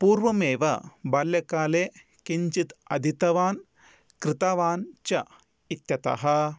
पूर्वमेव बाल्यकाले किञ्चित् अधीतवान् कृतवान् इत्यतः